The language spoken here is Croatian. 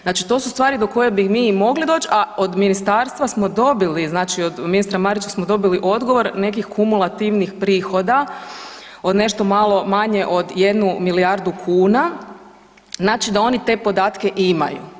Znači to su stvari do kojih bi mi mogli doć a od ministarstva smo dobili, znači od ministra Marića smo dobili odgovor, nekih kumulativnih prihoda od nešto malo manje od 1 milijardu kuna, znači da oni te podatke imaju.